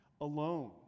alone